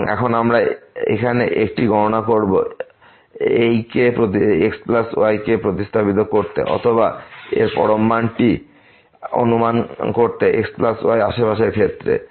এবং এখন আমরা এখানে একটি গণনা করব এইকে প্রতিস্থাপিত xy করতে অথবা এর এই পরম মানটি অনুমান করতে xy আশেপাশের ক্ষেত্রে